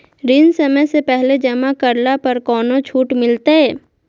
ऋण समय से पहले जमा करला पर कौनो छुट मिलतैय?